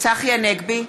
צחי הנגבי,